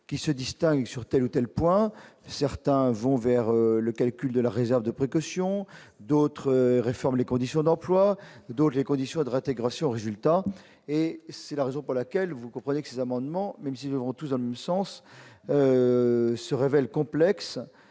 qui se distingue sur telle ou telle point certains vont vers le calcul de la réserve de précaution d'autres réformes, les conditions d'emploi donc les conditions de réintégration résultat et c'est la raison pour laquelle, vous comprenez que ces amendements, même s'ils vont tous dans le même sens, se révèle complexe.